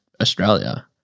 Australia